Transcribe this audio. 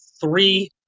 three